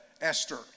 Esther